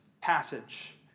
passage